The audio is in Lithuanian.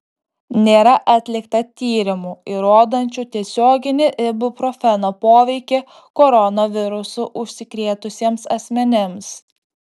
nėra atlikta tyrimų įrodančių tiesioginį ibuprofeno poveikį koronavirusu užsikrėtusiems asmenims